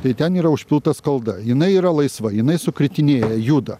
tai ten yra užpilta skalda jinai yra laisva jinai sukritinėja juda